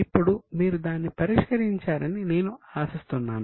ఇప్పుడు మీరు దాన్ని పరిష్కరించారని నేను ఆశిస్తున్నాను